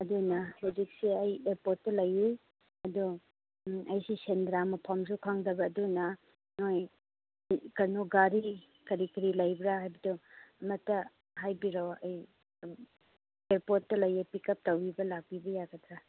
ꯑꯗꯨꯅ ꯍꯧꯖꯤꯛꯁꯦ ꯑꯩ ꯑꯦꯌꯔꯄ꯭ꯣꯔꯠꯇ ꯂꯩ ꯑꯗꯣ ꯑꯩꯁꯦ ꯁꯦꯟꯗ꯭ꯔꯥ ꯃꯐꯝꯁꯨ ꯈꯪꯗꯕ ꯑꯗꯨꯅ ꯅꯣꯏ ꯀꯩꯅꯣ ꯒꯥꯔꯤ ꯀꯔꯤ ꯀꯔꯤ ꯂꯩꯕ꯭ꯔꯥ ꯍꯥꯏꯕꯗꯣ ꯑꯃꯨꯛꯇ ꯍꯥꯏꯕꯤꯔꯛꯑꯣ ꯑꯩ ꯑꯦꯌꯔꯄ꯭ꯣꯔꯠꯇ ꯂꯩꯌꯦ ꯄꯤꯛꯀꯞ ꯇꯧꯕꯤꯕ ꯂꯥꯛꯄꯤꯕ ꯌꯥꯒꯗ꯭ꯔꯥ